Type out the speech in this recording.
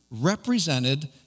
represented